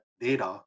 data